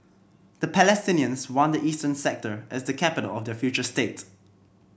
the Palestinians want the eastern sector as the capital of their future state